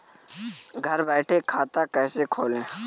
घर बैठे खाता कैसे खोलें?